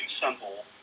simple